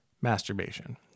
masturbation